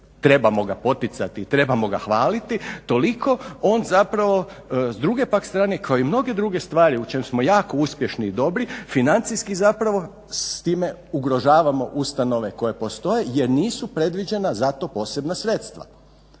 trebamo ga poticati, trebamo ga hvaliti. Toliko on zapravo s druge pak strane kao i mnoge druge stvari u čem smo jako uspješni i dobri financijski zapravo s time ugrožavamo ustanove koje postoje jer nisu predviđena za to posebna sredstva.